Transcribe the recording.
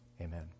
amen